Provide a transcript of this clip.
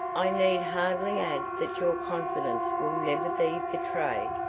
i need hardly add that your confidence will never be betrayed.